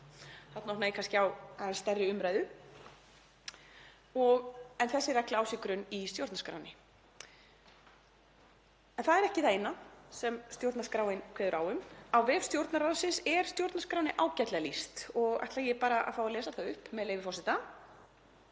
þarna opnaði ég kannski á aðeins stærri umræðu, en þessi regla á sér grunn í stjórnarskránni. Það er ekki það eina sem stjórnarskráin kveður á um. Á vef Stjórnarráðsins er stjórnarskránni ágætlega lýst og ætla ég bara að fá að lesa það upp, með leyfi forseta: